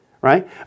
right